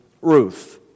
Ruth